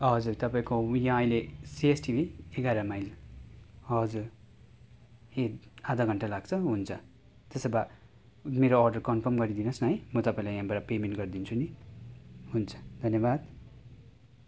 हजुर तपाईँको उ यहाँ अहिले सिएसटी एघार माइल हजुर ए आधा घन्टा लाग्छ हुन्छ त्यसो भए मेरो अर्डर कन्फर्म गरिदिनुहोस् न है म तपाईँलाई यहाँबाट पेमेन्ट गरिदिन्छु नि हुन्छ धन्यवाद